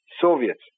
Soviets